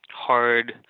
hard